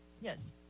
yes